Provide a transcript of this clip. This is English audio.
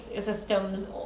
systems